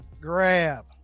Grab